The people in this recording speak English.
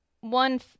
one